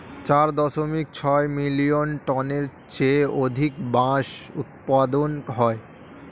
চার দশমিক ছয় মিলিয়ন টনের চেয়ে অধিক বাঁশ উৎপাদন হয়